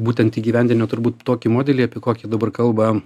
būtent įgyvendinę turbūt tokį modelį apie kokį dabar kalba